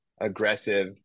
aggressive